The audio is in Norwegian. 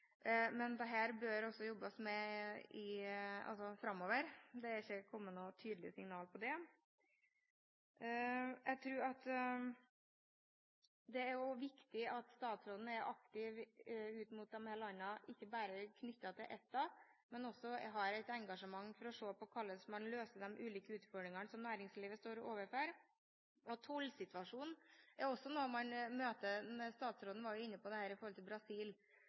bør det også jobbes med framover; det er ikke kommet noe tydelig signal på det. Det er viktig at statsråden er aktiv ut mot disse landene – ikke bare knyttet til EFTA, men at hun også har et engasjement for og ser på hvordan man løser de ulike utfordringene som næringslivet står overfor. Tollsituasjonen er også noe man møter på: Statsråden var jo inne på det når det gjaldt Brasil,